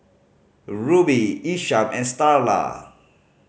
Rubye Isham and Starla